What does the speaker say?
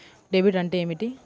Debit అంటే ఏమిటి?